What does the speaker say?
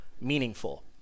Meaningful